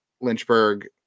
Lynchburg